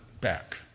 back